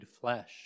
flesh